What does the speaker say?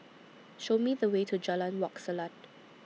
Show Me The Way to Jalan Wak Selat